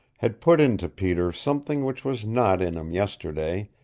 had put into peter something which was not in him yesterday,